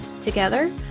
Together